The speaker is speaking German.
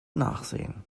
nachsehen